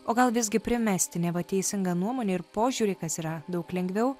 o gal visgi primesti neva teisingą nuomonę ir požiūrį kas yra daug lengviau